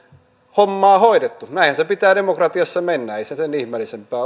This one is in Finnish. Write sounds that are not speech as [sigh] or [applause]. hommaa hoidettu näinhän sen pitää demokratiassa mennä ei se sen ihmeellisempää [unintelligible]